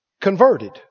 converted